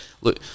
look